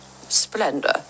splendor